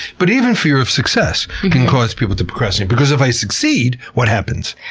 but even fear of success can cause people to procrastinate, because if i succeed, what happens?